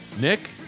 Nick